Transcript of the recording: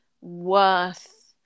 worth